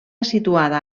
situada